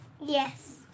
Yes